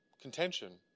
contention